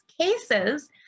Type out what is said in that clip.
cases